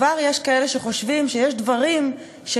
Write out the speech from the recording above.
כבר יש כאלה שחושבים שיש דברים שכאן,